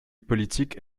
politique